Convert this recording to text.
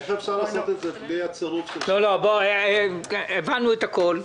איך אפשר לעשות את זה בלי הצירוף של --- הבנו את הכול.